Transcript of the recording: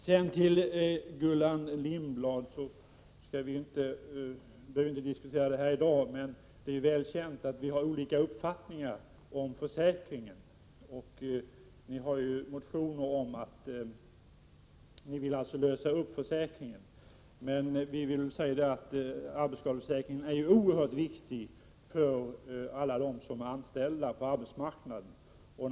Sedan till Gullan Lindblad: Vi behöver ju inte diskutera det i dag, men det är väl känt att vi har olika uppfattningar om arbetsskadeförsäkringen. Ni vill lösa upp försäkringen, men vi säger att den är oerhört viktig för alla dem som är anställda på arbetsmarknaden.